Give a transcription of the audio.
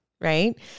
right